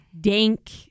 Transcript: dank